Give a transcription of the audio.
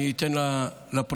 אני אתן לפרוטוקול,